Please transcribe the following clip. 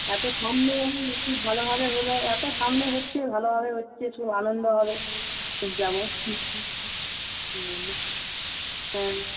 এতো সামনে হলে কি ভালো হবে বলো এতো সামনে হচ্ছে ভালোভাবে হচ্ছে সব আনন্দ হবে যাবো না না হ্যাঁ